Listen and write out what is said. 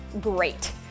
great